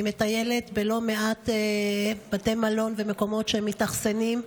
אני מטיילת בלא מעט בתי מלון ומקומות שהם מתאכסנים בהם.